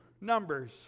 Numbers